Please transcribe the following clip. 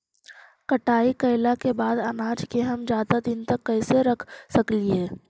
कटाई कैला के बाद अनाज के हम ज्यादा दिन तक कैसे रख सकली हे?